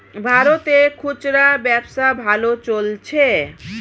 ভারতে খুচরা ব্যবসা ভালো চলছে